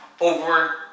over